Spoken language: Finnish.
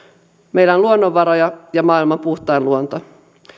meillä on luonnonvaroja ja maailman puhtain luonto